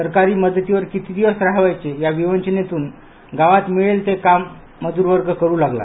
सरकारी मदतीवर किती दिवस राहावयाचे या विवंचनेतून गावात मिळेल ते काम मजूरवर्ग करू लागला